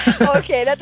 Okay